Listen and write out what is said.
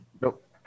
Nope